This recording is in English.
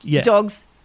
Dogs